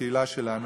מהקהילה שלנו.